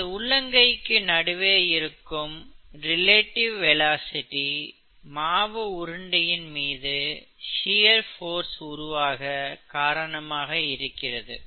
நமது உள்ளங்கைக்கு நடுவே இருக்கும் ரிலேடிவ் வெலாசிட்டி மாவு உருண்டையின் மீது ஷியர் ஸ்ட்ரஸ் உருவாக காரணமாக இருக்கிறது